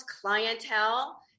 clientele